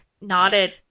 nodded